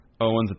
Owens